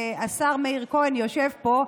השר מאיר כהן יושב פה,